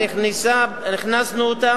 היו"ר ראובן ריבלין: